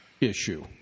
issue